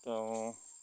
তেওঁ